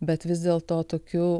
bet vis dėl to tokių